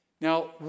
Now